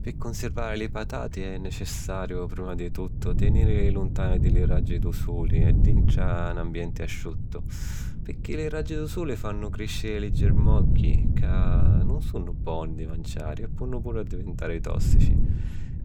Pi cunsirvari li patati è necessariu, prima di tuttu, tinìrili luntani di li raggi dû suli e dintra a 'n ambienti asciuttu, picchì li raggi dû suli fannu crìsciri li germogghi, ca nun sunnu boni di manciari e ponnu puru addivintari tòssici.